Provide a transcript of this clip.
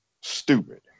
stupid